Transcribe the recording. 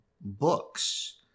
books